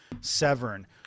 Severn